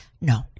No